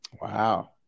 Wow